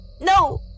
No